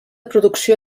producció